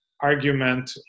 argument